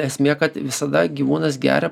esmė kad visada gyvūnas geria